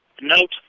note